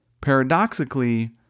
Paradoxically